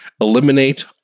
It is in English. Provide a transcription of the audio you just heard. Eliminate